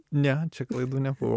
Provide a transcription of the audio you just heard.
ne čia klaidų nebuvo